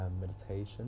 meditation